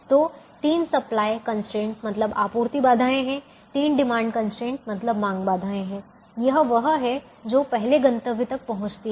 तो तीन supply constraint मतलब आपूर्ति बाधाएं हैं तीन डिमांड कंस्ट्रेंट मतलब मांग बाधाएं हैं यह वह है जो पहले गंतव्य तक पहुंचती है